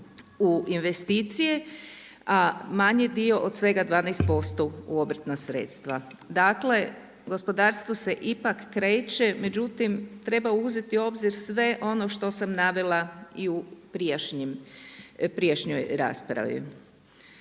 u investicije, a manji dio od svega 12% u obrtna sredstva. Dakle gospodarstvo se ipak kreće, međutim treba uzeti u obzir sve ono što sam navela i u prijašnjoj raspravi.